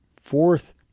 fourth